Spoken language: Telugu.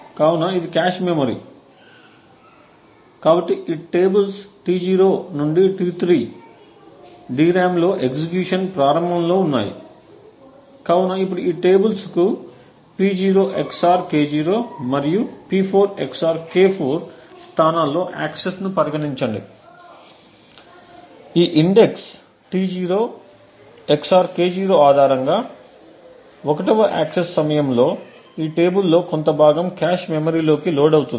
కాబట్టి ఇది కాష్ మెమరీ కాబట్టి ఈ టేబుల్స్ T0 నుండి T3 DRAM లో ఎగ్జిక్యూషన్ ప్రారంభంలో ఉన్నాయి కాబట్టి ఇప్పుడు ఈ టేబుల్స్ కు P0 XOR K0 మరియు P4 XOR K4 స్థానాల్లో యాక్సెస్పరిగణించండి కాబట్టి ఈ ఇండెక్స్ T0 XOR K0 ఆధారంగా 1 వ యాక్సెస్ సమయంలో ఈ టేబుల్ లో కొంత భాగం కాష్ మెమరీలోకి లోడ్ అవుతుంది